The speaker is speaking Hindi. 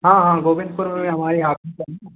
हाँ हाँ गोविंदपुर में ही हमारी आफिस है